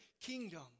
kingdom